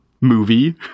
Movie